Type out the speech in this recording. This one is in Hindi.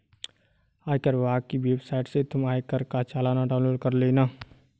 आयकर विभाग की वेबसाइट से तुम आयकर का चालान डाउनलोड कर लेना